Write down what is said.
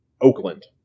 Oakland